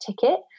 ticket